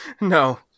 No